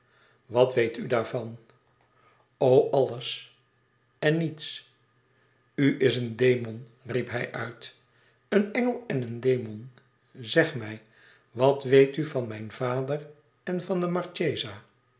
wat weet u daarvan o alles en niets u is een demon riep hij uit een engel en een demon zeg mij wat weet u van mijn vader en van de